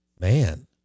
Man